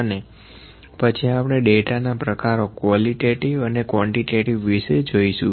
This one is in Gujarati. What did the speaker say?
અને પછી આપણે ડેટા ના પ્રકારો કવોલીટેટીવ અને ક્વોન્ટીટેટીવ વિશે જોઇશું